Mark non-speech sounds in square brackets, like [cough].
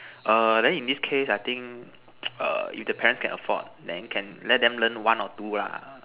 err then in this case I think [noise] err if the parents can afford then can let them learn one or two lah